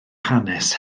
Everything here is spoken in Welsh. hanes